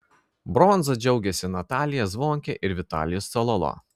bronza džiaugėsi natalija zvonkė ir vitalijus cololo